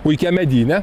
puikiam medyne